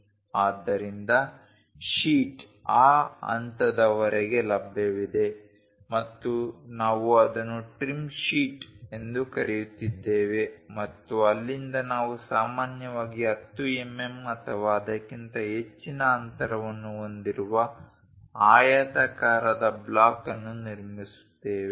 ಆದ್ದರಿಂದ ಶೀಟ್ ಆ ಹಂತದವರೆಗೆ ಲಭ್ಯವಿದೆ ಮತ್ತು ನಾವು ಅದನ್ನು ಟ್ರಿಮ್ ಶೀಟ್ ಎಂದು ಕರೆಯುತ್ತಿದ್ದೇವೆ ಮತ್ತು ಅಲ್ಲಿಂದ ನಾವು ಸಾಮಾನ್ಯವಾಗಿ 10 ಎಂಎಂ ಅಥವಾ ಅದಕ್ಕಿಂತ ಹೆಚ್ಚಿನ ಅಂತರವನ್ನು ಹೊಂದಿರುವ ಆಯತಾಕಾರದ ಬ್ಲಾಕ್ ಅನ್ನು ನಿರ್ಮಿಸುತ್ತೇವೆ